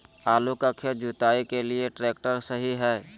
आलू का खेत जुताई के लिए ट्रैक्टर सही है?